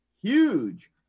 huge